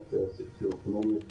מבחינת סוציו-אקונומית,